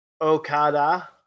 okada